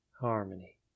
harmony